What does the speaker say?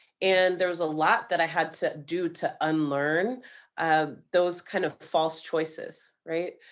and there was a lot that i had to do to unlearn um those kind of false choices, right?